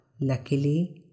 luckily